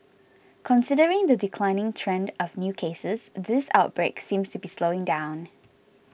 considering the declining trend of new cases this outbreak seems to be slowing down